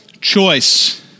choice